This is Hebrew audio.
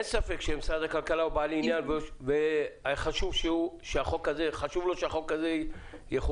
אין ספק שמשרד הכלכלה הוא בעל עניין והיה חשוב לו שהחוק הזה יחוקק.